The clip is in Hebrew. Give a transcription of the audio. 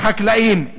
לחקלאים,